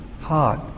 heart